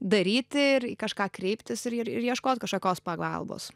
daryti ir į kažką kreiptis ir ir ieškot kažkokios pagalbos